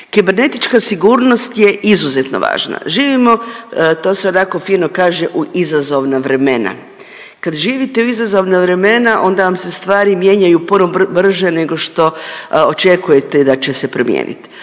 Kibernetička sigurnost je izuzetno važna, živimo, to se onako fino kaže, u izazovna vremena. Kad živite u izazovna vremena onda vam se stvari mijenjaju puno brže nego što očekujete da će se promijenit.